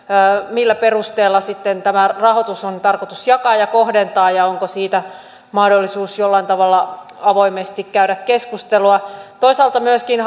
millä perusteella sitten tämä rahoitus on tarkoitus jakaa ja kohdentaa ja onko siitä mahdollisuus jollain tavalla avoimesti käydä keskustelua toisaalta myöskin